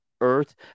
earth